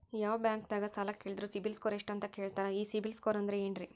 ಯಾವ ಬ್ಯಾಂಕ್ ದಾಗ ಸಾಲ ಕೇಳಿದರು ಸಿಬಿಲ್ ಸ್ಕೋರ್ ಎಷ್ಟು ಅಂತ ಕೇಳತಾರ, ಈ ಸಿಬಿಲ್ ಸ್ಕೋರ್ ಅಂದ್ರೆ ಏನ್ರಿ?